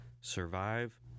survive